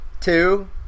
two